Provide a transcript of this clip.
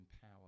power